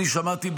שמעתי,